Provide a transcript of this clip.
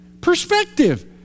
perspective